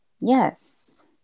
Yes